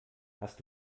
hast